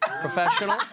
professional